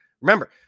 Remember